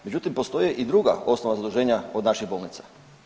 Međutim, postoje i druga osnovna zaduženja od naših bolnica.